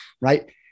Right